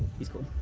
he's cool.